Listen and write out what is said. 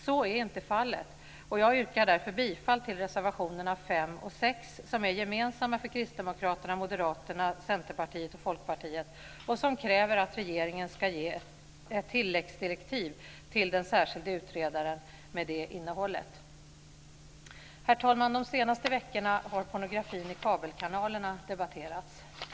Så är inte fallet, och jag yrkar därför bifall till reservationerna 5 och 6, som är gemensamma för Kristdemokraterna, Moderaterna, Centerpartiet och Folkpartiet och som kräver att regeringen ska ge ett tilläggsdirektiv till den särskilde utredaren med det innehållet. Herr talman! De senaste veckorna har pornografin i kabelkanalerna debatterats.